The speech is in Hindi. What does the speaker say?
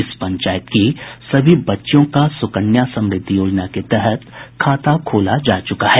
इस पंचायत की सभी बच्चियों का सुकन्या समृद्धि योजना के तहत खाता खोला जा चुका है